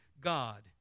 God